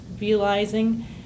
realizing